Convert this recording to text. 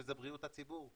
שזה בריאות הציבור,